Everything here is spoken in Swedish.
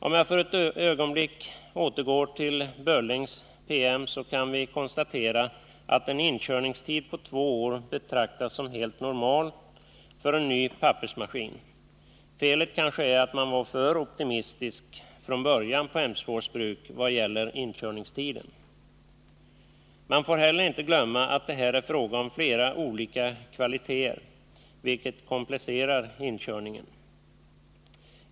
Om jag för ett ögonblick återgår till Böllings PM så kan vi konstatera att en inkörningstid på två år betraktas som helt normal för en ny pappersmaskin. Felet kanske är att man var för optimistisk från början på Emsfors bruk vad gäller inkörningstiden. Man får heller inte glömma att det här är fråga om flera olika kvaliteter, vilket komplicerar inkörningen.